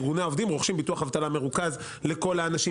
ארגוני העובדים רוכשים ביטוח אבטלה מרוכז לכל האנשים